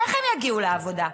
איך הם יגיעו לעבודה?